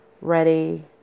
ready